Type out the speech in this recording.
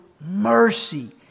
mercy